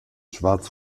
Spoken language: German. schwarz